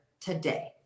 today